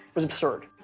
was absurd.